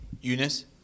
Eunice